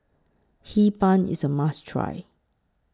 Hee Pan IS A must Try